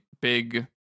big